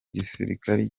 gisirikare